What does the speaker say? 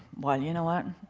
well you know what?